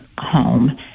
home